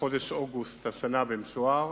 בחודש אוגוסט השנה, במשוער,